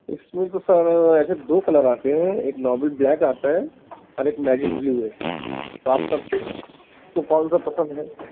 اس میں تو سر ایسے دو کلر آتے ہیں ایک نارمل بلیک آتا ہے اور ایک میجک بلیو ہے تو آپ کب کو کون سا پسند ہے